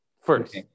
first